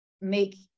make